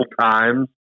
times